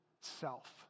Self